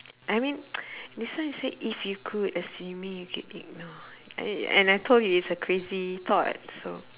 I mean this one it said if you could assuming you could ignore and and I told you it's a crazy thought so